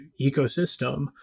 ecosystem